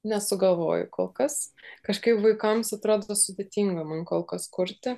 nesugalvoju kol kas kažkaip vaikams atrodo sudėtinga man kol kas kurti